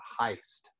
heist